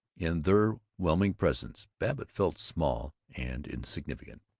in their whelming presence babbitt felt small and insignificant.